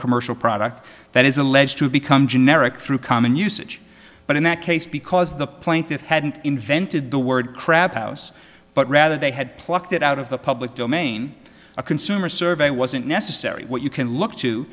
commercial product that is alleged to become generic through common usage but in that case because the plaintiffs hadn't invented the word crab house but rather they had plucked it out of the public domain a consumer survey wasn't necessary what you can look to